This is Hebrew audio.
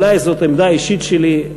אולי זאת עמדה אישית שלי,